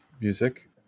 music